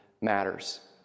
matters